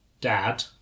dad